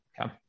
Okay